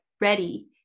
ready